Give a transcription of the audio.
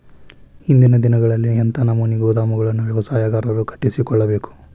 ಇಂದಿನ ದಿನಗಳಲ್ಲಿ ಎಂಥ ನಮೂನೆ ಗೋದಾಮುಗಳನ್ನು ವ್ಯವಸಾಯಗಾರರು ಕಟ್ಟಿಸಿಕೊಳ್ಳಬೇಕು?